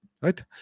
Right